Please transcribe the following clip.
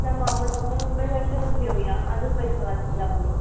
ना मग आपण फक्त मुंबई दर्शनच घेऊ या अजून पैसे वाचतील आपले